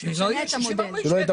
שלא יהיה את המודל.